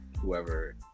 whoever